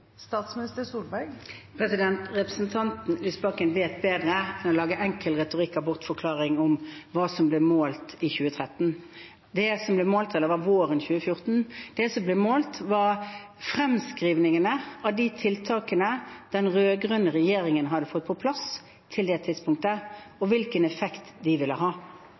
Representanten Lysbakken vet bedre enn å lage enkel retorikk om bortforklaring når det gjelder hva som ble målt i 2013 – eller det var våren 2014. Det som ble målt, var fremskrivningene av de tiltakene den rød-grønne regjeringen hadde fått på plass til det tidspunktet, og hvilken effekt de ville ha.